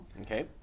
Okay